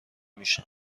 میشم